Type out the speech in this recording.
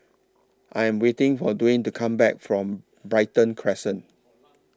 I Am waiting For Dwayne to Come Back from Brighton Crescent